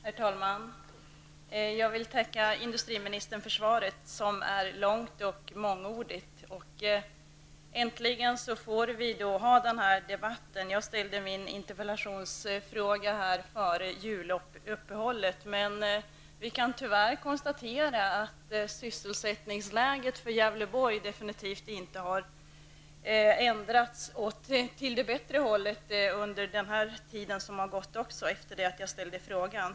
Herr talman! Jag vill tacka industriministern för svaret, som är långt och mångordigt. Äntligen får vi ha den här debatten. Jag ställde min interpellation före juluppehållet. Men vi kan tyvärr konstatera att sysselsättningsläget för Gävleborg absolut inte har ändrats åt det bättre hållet under den tid som har gått efter det att jag ställde min interpellation.